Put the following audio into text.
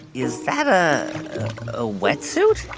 is that a ah wetsuit?